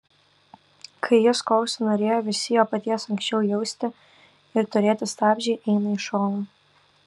kai jis ko užsinorėjo visi jo paties anksčiau jausti ir turėti stabdžiai eina į šoną